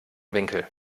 winkel